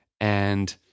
and